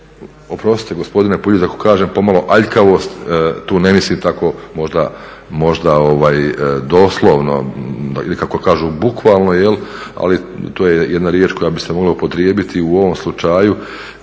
oprostite gospodine Puljiz ako kažem pomalo aljkavost, tu ne mislim tako doslovno ili kako kažu bukvalno ali to je jedna riječ koja bi se mogla upotrijebiti u ovom slučaju